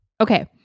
Okay